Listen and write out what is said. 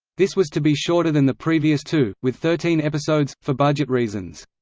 this was to be shorter than the previous two, with thirteen episodes, for budget reasons.